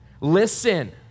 Listen